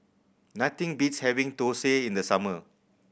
nothing beats having dosa in the summer